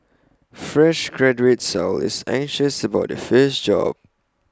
fresh graduates are always anxious about their first job